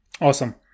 Awesome